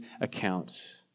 accounts